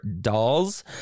dolls